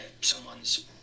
someone's